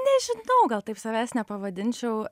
nežinau gal taip savęs nepavadinčiau